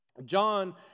John